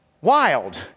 Wild